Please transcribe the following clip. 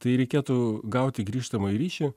tai reikėtų gauti grįžtamąjį ryšį